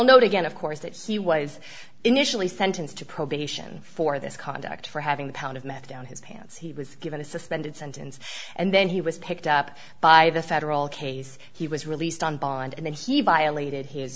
get of course that he was initially sentenced to probation for this conduct for having the pound of meth down his pants he was given a suspended sentence and then he was picked up by the federal case he was released on bond and then he violated his